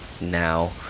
now